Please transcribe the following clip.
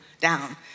down